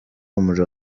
umuriro